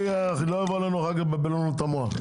שלא יבואו אלינו אחר כך לבלבל לנו את המוח.